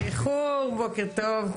בוקר טוב.